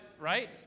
right